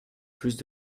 plus